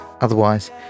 otherwise